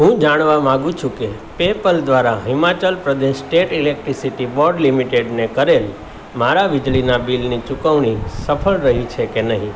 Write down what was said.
હું જાણવા માગું છું કે પેપલ દ્વારા Himachal Pradesh state electricity board લિમિટેડને કરેલ મારા વીજળીનાં બિલની ચુકવણી સફળ રહી છે કે નહીં